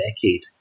decade